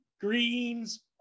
greens